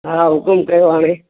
हा हुकुमु कयो हाणे